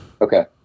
Okay